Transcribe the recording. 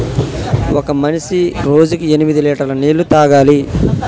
ఒక మనిషి రోజుకి ఎనిమిది లీటర్ల నీళ్లు తాగాలి